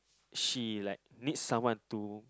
she like need someone to